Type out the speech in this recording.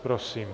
Prosím.